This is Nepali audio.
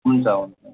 हुन्छ हुन्छ